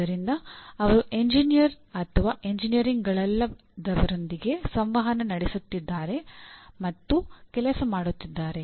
ಆದ್ದರಿಂದ ಅವರು ಎಂಜಿನಿಯರ್ ಅಥವಾ ಎಂಜಿನಿಯರ್ಗಳಲ್ಲದವರೊಂದಿಗೆ ಸಂವಹನ ನಡೆಸುತ್ತಿದ್ದಾರೆ ಮತ್ತು ಕೆಲಸ ಮಾಡುತ್ತಿದ್ದಾರೆ